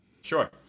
Sure